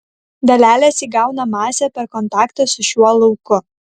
dalelės įgauna masę per kontaktą su šiuo lauku